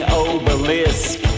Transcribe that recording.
obelisk